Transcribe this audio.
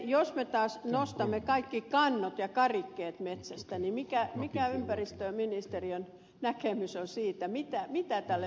jos me taas nostamme kaikki kannot ja karikkeet metsästä niin mikä ympäristöministeriön näkemys on siitä mitä tälle metsälle tapahtuu